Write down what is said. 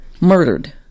Murdered